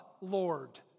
Lord